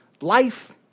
life